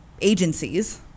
agencies